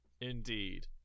indeed